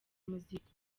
muzika